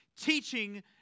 teaching